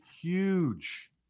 huge